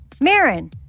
Maren